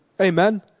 Amen